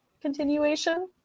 continuation